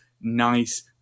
nice